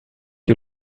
you